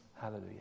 Hallelujah